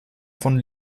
von